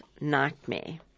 nightmare